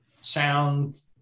sound